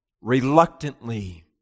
Reluctantly